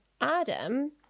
Adam